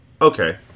Okay